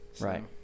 right